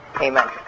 Amen